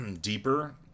deeper